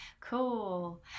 cool